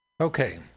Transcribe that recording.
Okay